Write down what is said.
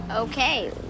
Okay